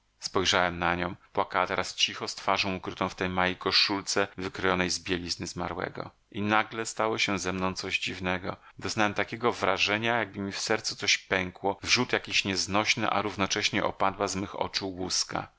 spojrzałem na nią płakała teraz cicho z twarzą ukrytą w tej małej koszulce wykrojonej z bielizny zmarłego i nagle stało się ze mną coś dziwnego doznałem takiego wrażenia jakby mi w sercu coś pękło wrzód jakiś nieznośny a równocześnie opadła z mych oczu łuska